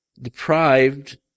deprived